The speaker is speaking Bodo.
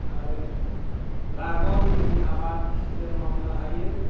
आरो ड्रागन आरि आबाद जों मावनो हायो